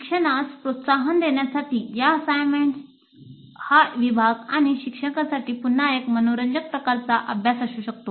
शिक्षणास प्रोत्साहन देण्यासाठी या असाइनमेंट्स विभाग आणि शिक्षकांसाठी पुन्हा एक मनोरंजक प्रकारचा अभ्यास असू शकतो